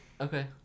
Okay